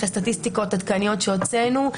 אחרי סטטיסטיקות עדכניות שהוצאנו,